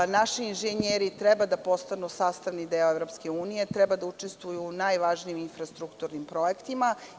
Naši inženjeri treba da postanu sastavni deo EU, treba da učestvuju u najvažnijim infrastrukturnim projektima.